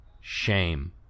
Shame